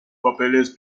papeles